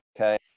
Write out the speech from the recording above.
Okay